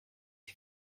ihr